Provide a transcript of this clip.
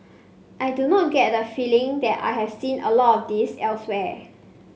I do not get the feeling that I have seen a lot of this elsewhere